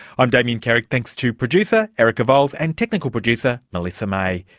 i'm damien carrick, thanks to producer erica vowles and technical producer melissa may.